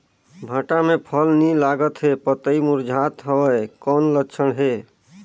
भांटा मे फल नी लागत हे पतई मुरझात हवय कौन लक्षण हे?